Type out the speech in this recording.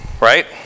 right